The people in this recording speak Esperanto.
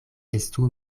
estu